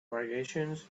variations